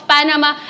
Panama